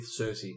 Cersei